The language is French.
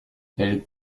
elles